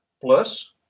plus